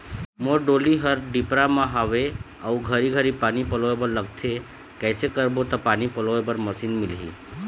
मोर डोली हर डिपरा म हावे अऊ घरी घरी पानी पलोए बर लगथे कैसे करबो त पानी पलोए बर मशीन मिलही?